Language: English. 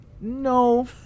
No